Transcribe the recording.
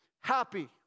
happy